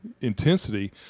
intensity